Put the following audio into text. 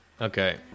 Okay